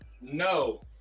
No